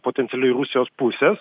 potencialiai rusijos pusės